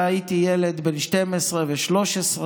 הייתי ילד בן 12 ו-13,